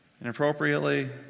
Inappropriately